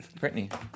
Britney